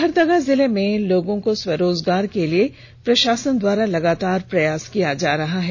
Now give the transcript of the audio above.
लोहरदगा जिले में लोगों को स्वरोजगार के लिए प्रशासन द्वारा लगातार प्रयास किया जा रहा है